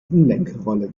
umlenkrolle